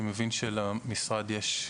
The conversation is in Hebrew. אני מבין שלמשרד יש הערות.